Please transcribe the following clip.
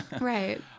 Right